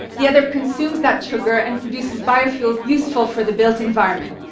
the other consumes that sugar and produces biofuels useful for the built environment.